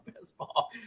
baseball